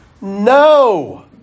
No